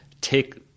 take